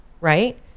right